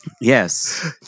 Yes